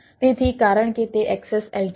તેથી કારણ કે તે XSLT છે